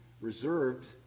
reserved